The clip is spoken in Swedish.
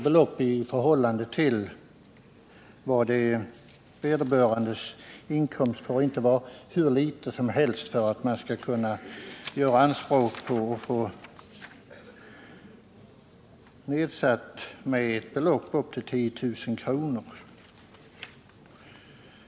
Det handikapp som åberopas får alltså inte vara hur litet som helst för att man skall kunna göra anspråk på att få nedsättning med ett belopp på upp till 10 000 kr.